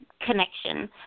connection